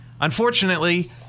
Unfortunately